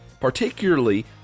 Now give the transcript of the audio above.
particularly